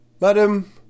Madam